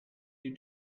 you